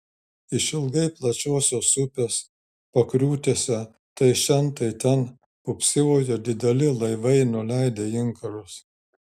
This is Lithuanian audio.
išilgai plačiosios upės pakriūtėse tai šen tai ten pūpsojo dideli laivai nuleidę inkarus